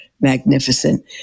magnificent